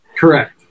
Correct